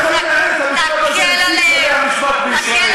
יכול לנהל את המשפט הזה לפי כללי המשפט בישראל.